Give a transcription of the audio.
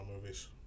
movies